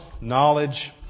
Knowledge